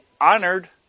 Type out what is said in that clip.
honored